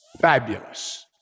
fabulous